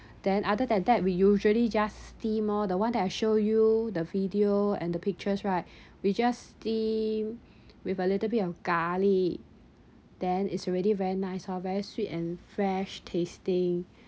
then other than that we usually just steam orh the one that I show you the video and the pictures right we just steam with a little bit of garlic then it's already very nice orh very sweet and fresh tasting